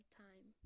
time